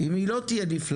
אם היא לא תהיה נפלאה,